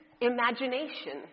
imagination